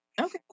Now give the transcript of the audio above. Okay